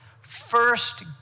First